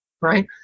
right